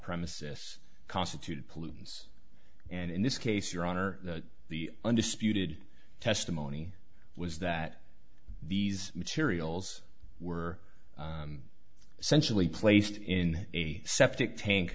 premises constituted pollutants and in this case your honor the undisputed testimony was that these materials were essentially placed in a septic tank